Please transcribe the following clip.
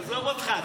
עזוב אותך.